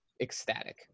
ecstatic